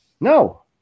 no